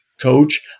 coach